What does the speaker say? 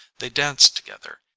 they danced together,